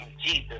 jesus